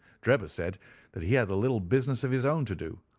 drebber said that he had a little business of his own to do,